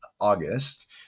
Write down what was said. August